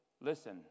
listen